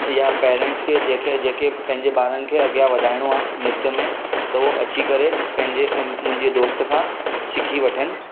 या पेरेंटस खे जंहिंखे जंहिंखे पंहिंजे ॿारनि खे अॻियां वधाइणो आहे नृत्य में त उहे अची करे पंहिंजे मुंहिंजे दोस्त खां सिखी वठनि